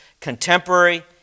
contemporary